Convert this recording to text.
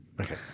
Okay